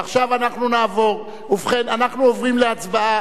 עכשיו אנחנו נעבור, ובכן, אנחנו עוברים להצבעה.